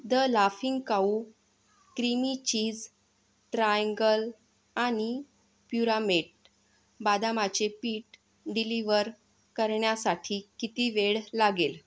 the laughing cow creamy cheese triangle आणि Puramate बदामाचे पीठ डिलिव्हर करण्यासाठी किती वेळ लागेल